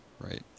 Right